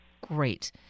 Great